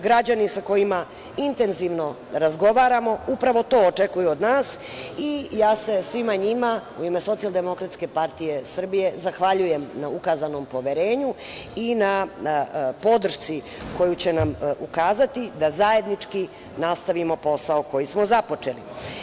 Građani sa kojima intenzivno razgovaramo upravo to očekuju od nas i ja se svima njima u ime SDPS zahvaljujem na ukazanom poverenju i na podršci koju će nam ukazati da zajednički nastavimo posao koji smo započeli.